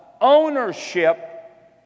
ownership